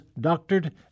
Doctored